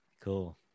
cool